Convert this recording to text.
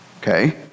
Okay